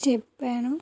చెప్పాను